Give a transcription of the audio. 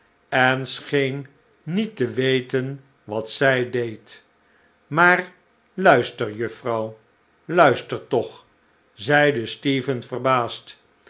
en scheen niet te weten wat zij deed maar luister juffrouw luister toch zeide stephen verbaasd